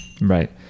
right